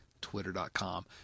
twitter.com